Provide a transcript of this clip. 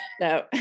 no